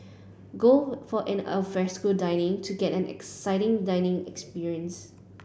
go for an alfresco dining to get an exciting dining experience